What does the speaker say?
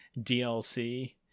dlc